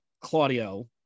Claudio